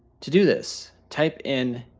to do this type in,